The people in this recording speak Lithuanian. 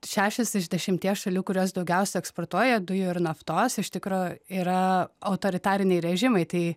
šešios iš dešimties šalių kurios daugiausia eksportuoja dujų ir naftos iš tikro yra autoritariniai režimai tai